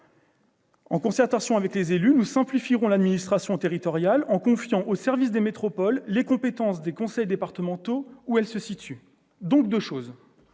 En concertation avec les élus, nous simplifierons l'administration territoriale en confiant aux services des métropoles les compétences des conseils départementaux où elles se situent. » Or nous